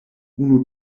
unu